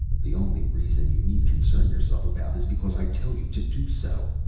the only reason you need concern yourself about is because i tell you to do so.